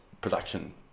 production